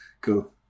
Cool